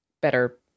better